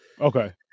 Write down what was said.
Okay